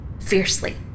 Fiercely